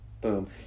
Boom